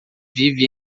vive